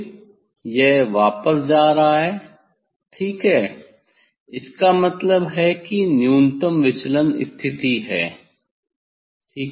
फिर यह वापस जा रहा है ठीक है इसका मतलब है कि यह न्यूनतम विचलन स्थिति है ठीक है